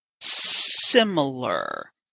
similar